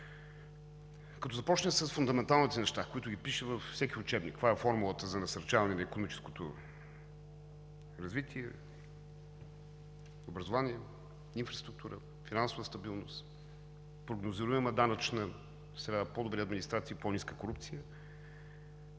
Като започнем с фундаменталните неща, които ги пише във всеки учебник – каква е формулата за насърчаване на икономическото развитие, образование, инфраструктура, финансова стабилност, прогнозируема данъчна среда, по-добри администрации и по-ниска корупция,